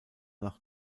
nach